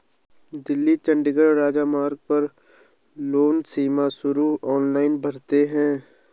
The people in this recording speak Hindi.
दिल्ली चंडीगढ़ राजमार्ग पर लोग सीमा शुल्क ऑनलाइन भरते हैं